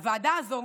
הוועדה הזאת,